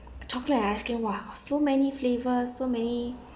chocolate and ice cream !wah! got so many flavour so many